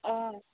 ꯑꯣ